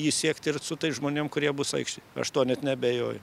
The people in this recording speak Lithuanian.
jį siekti ir su tais žmonėm kurie bus aikštėj aš to net neabejoju